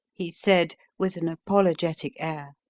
he said with an apologetic air